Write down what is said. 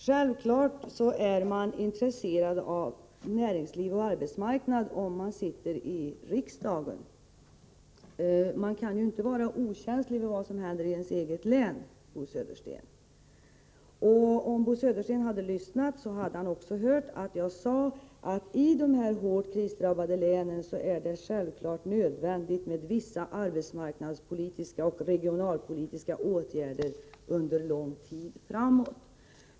Herr talman! Självfallet är man intresserad av näringsliv och arbetsmarknad om man sitter i riksdagen. Man kan inte vara okänslig för vad som händer i ens eget län, Bo Södersten. Om Bo Södersten hade lyssnat hade han hört att jag sade att det självfallet i dessa krisdrabbade län är nödvändigt med vissa arbetsmarknadspolitiska och regionalpolitiska åtgärder under lång tid framåt.